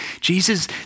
Jesus